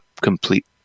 complete